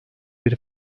bir